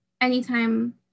anytime